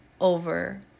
over